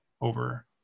over